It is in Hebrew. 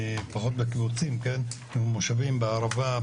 פחות בקיבוצים אבל כן במושבים בערבה,